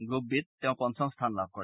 group B ত তেওঁ পঞ্চম স্থান লাভ কৰে